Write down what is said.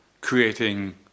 creating